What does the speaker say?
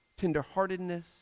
tenderheartedness